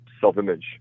self-image